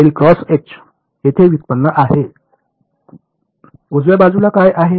तेथे व्युत्पन्न आहे उजव्या बाजूला काय आहे